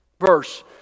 verse